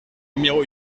numéro